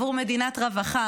בעבור מדינת רווחה,